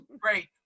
Great